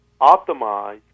optimize